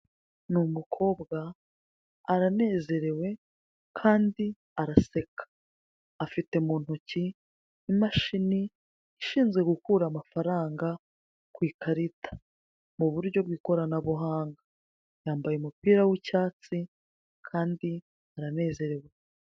Ni umukobwa, aranezerewe kandi araseka, afite mu ntoki imashini ishinzwe gukura amafaranga ku ikarita mu buryo bw'ikoranabuhanga, yambaye umupira w'icyatsi kandi aranezerewe.